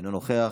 אינו נוכח,